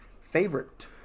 favorite